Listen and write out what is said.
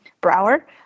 Brower